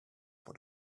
for